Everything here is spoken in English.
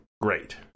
Great